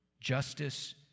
justice